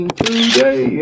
today